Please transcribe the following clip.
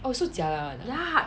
oh so jialat [one] ah